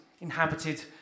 inhabited